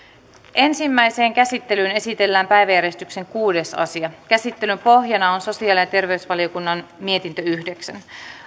ensimmäiseen käsittelyyn esitellään päiväjärjestyksen kuudes asia käsittelyn pohjana on sosiaali ja terveysvaliokunnan mietintö yhdeksän